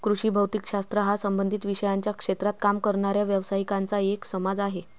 कृषी भौतिक शास्त्र हा संबंधित विषयांच्या क्षेत्रात काम करणाऱ्या व्यावसायिकांचा एक समाज आहे